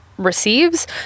receives